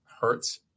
hurts